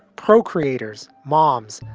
procreators, moms,